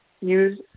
use